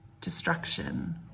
destruction